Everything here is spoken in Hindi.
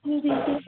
जी जी